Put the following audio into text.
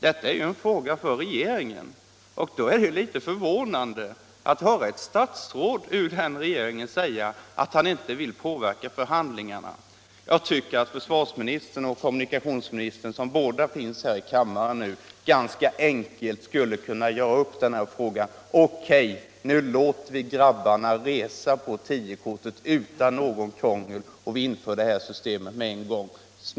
Detta är en fråga för regeringen, och då är det litet märkligt att höra ett statsråd ur den regeringen säga att han inte vill påverka förhandlingarna. Jag tycker att försvarsministern och kommunikationsministern, som båda finns här i kammaren, ganska enkelt skulle kunna göra upp om denna fråga: Okay, nu låter vi grabbarna resa på 10-kortet utan något krångel, och vi inför detta system med en gång.